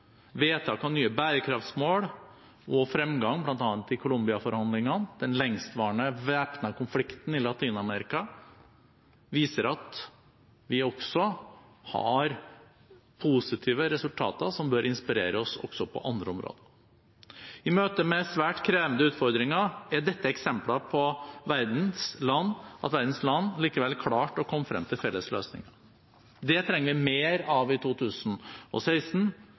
vedtak av nye bærekraftmål og fremgang bl.a. i Colombia-forhandlingene, den lengst varende væpnede konflikten i Latin-Amerika, viser at vi også har positive resultater som bør inspirere oss også på andre områder. I møte med svært krevende utfordringer er dette eksempler på at verdens land likevel klarte å komme frem til felles løsninger. Det trenger vi mer av i 2016,